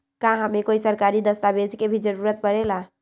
का हमे कोई सरकारी दस्तावेज के भी जरूरत परे ला?